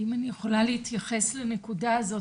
אם אני יכולה להתייחס לנקודה הזאת,